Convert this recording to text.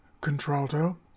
contralto